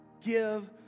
give